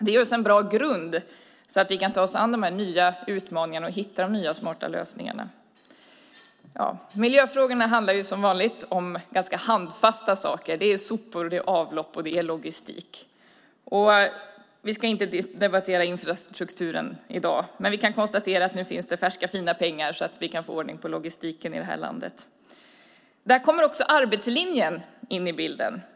Det ger oss en bra grund så att vi kan ta oss an de nya utmaningarna och hitta de nya smarta lösningarna. Miljöfrågorna handlar som vanligt om ganska handfasta saker. Det är sopor, avlopp och logistik. Vi ska inte debattera infrastrukturen i dag, men vi kan konstatera att det nu finns färska fina pengar så att vi kan få ordning på logistiken i det här landet. Där kommer också arbetslinjen in i bilden.